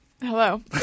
Hello